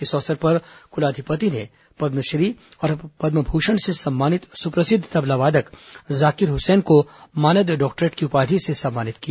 इस अवसर पर कुलाधिपति ने पद्मश्री और पद्म भूषण से सम्मानित सुप्रसिद्ध तबला वादक जाकिर हुसैन को मानद डॉक्टरेट की उपाधि से सम्मानित किया